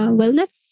wellness